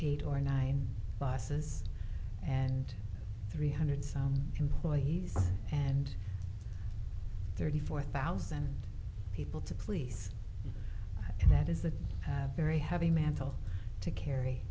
eight or nine buses and three hundred so employees and thirty four thousand people to please and that is a very heavy mantle to carry